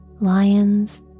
Lions